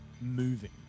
moving